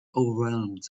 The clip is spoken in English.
overwhelmed